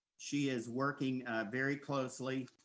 she is working very closely